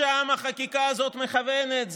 לשם החקיקה הזאת מכוונת.